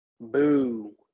Boo